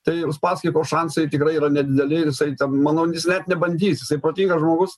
tai uspaskicho šansai tikrai yra nedideli ir jisai ten manau jis net nebandys jisai protingas žmogus